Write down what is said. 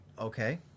Okay